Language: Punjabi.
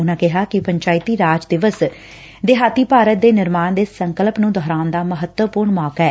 ਉਂਨੂਾਂ ਕਿਹਾ ਕਿ ਪੰਚਾਇਤੀ ਰਾਜ ਦਿਵਸ ਗ੍ਰਾਮੀਣ ਭਾਰਤ ਦੇ ਨਿਰਮਾਣ ਦੇ ਸੰਕਲਪ ਨੂੰ ਦੁਹਰਾਉਣ ਦਾ ਮਹੱਤਵਪੁਰਨ ਮੌਕਾ ਐ